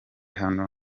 hano